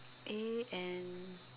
A N